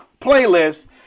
playlist